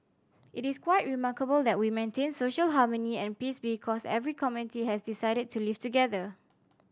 it is quite remarkable that we maintain social harmony and peace because every community has decided to live together